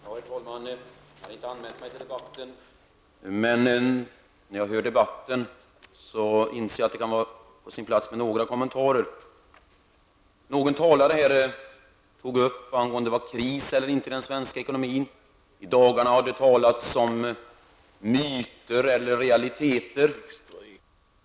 Herr talman! Jag har inte anmält mig till denna debatt, men när jag lyssnar till den inser jag att det kan vara på sin plats med några kommentarer. Någon talare tog upp frågan huruvida det var kris eller inte i den svenska ekonomin. Det har i dagarna talats om myter och realiteter.